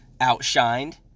outshined